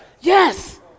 Yes